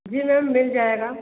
जी ma'am मिल जायेगा